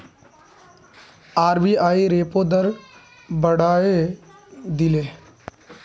RBI repo दर बढ़ाए दिले